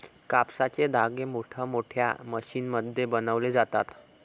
कापसाचे धागे मोठमोठ्या मशीनमध्ये बनवले जातात